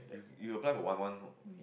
you apply for one one